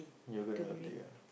yoghurt and ah